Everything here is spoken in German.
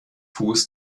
fuß